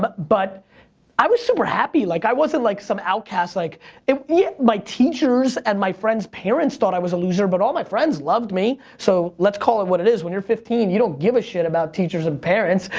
but but i was super happy, like i wasn't like some outcast, like it, yet my teachers and my friends' parents thought i was a loser, but all my friends loved me so let's call it what it is, when you're fifteen you don't give a shit about teachers and parents,